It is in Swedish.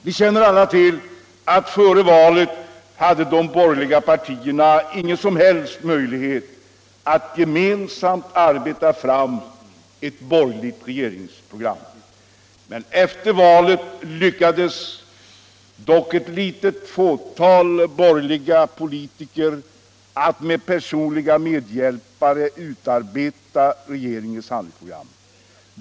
Vi känner alla till att de borgerliga partierna före valet inte hade någon som helst möjlighet att gemensamt arbeta fram ett borgerligt regeringsprogram. Men efter valet lyckades ett fåtal borgerliga politiker att med personliga medhjälpare utarbeta regeringens handlingsprogram.